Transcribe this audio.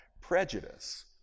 prejudice